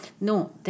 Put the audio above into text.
No